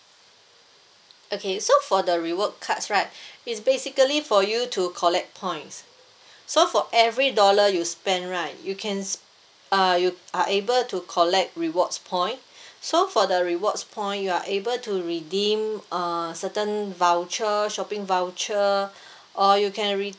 okay for the reward cards right it's basically for you to collect points so for every dollar you spend right you can s~ uh you are able to collect rewards point so for the rewards point you are able to redeem uh certain voucher shopping voucher or you can